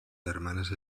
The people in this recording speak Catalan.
germanes